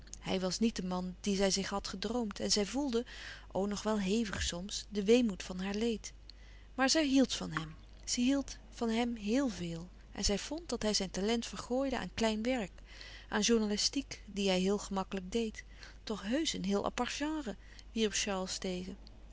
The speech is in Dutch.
hij was niet de man dien zij zich had gedroomd en zij voelde o nog wel hevig soms den weemoed van haar leed maar zij hield van hem zij hield van hem heel veel en zij vond dat hij zijn talent vergooide aan klein werk aan journalistiek die hij héel gemakkelijk deed toch heùsch een heel apart genre wierp charles tegen